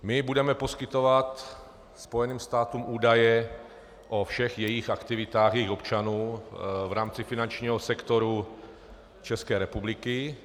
My budeme poskytovat Spojeným státům údaje o všech aktivitách jejich občanů v rámci finančního sektoru České republiky.